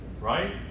Right